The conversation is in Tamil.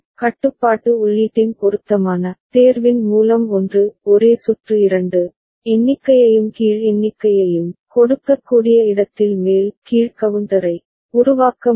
கட்டுப்பாட்டு உள்ளீட்டின் பொருத்தமான தேர்வின் மூலம் ஒன்று ஒரே சுற்று இரண்டு எண்ணிக்கையையும் கீழ் எண்ணிக்கையையும் கொடுக்கக்கூடிய இடத்தில் மேல் கீழ் கவுண்டரை உருவாக்க முடியும்